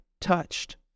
touched